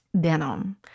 denim